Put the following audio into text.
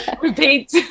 repeat